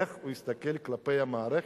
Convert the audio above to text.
איך הוא יסתכל כלפי המערכת,